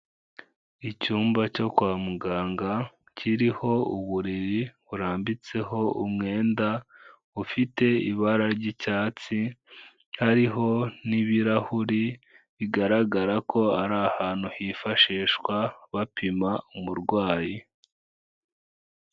Icyumba cyo kwa muganga, kiriho uburiri burambitseho umwenda ufite ibara ry'icyatsi, hariho n'ibirahuri bigaragara ko ari ahantu hifashishwa bapima umurwayi.